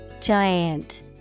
Giant